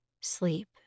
Sleep